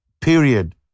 period